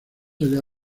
allá